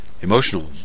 emotional